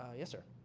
ah yes, sir.